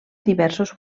diversos